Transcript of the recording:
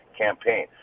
campaign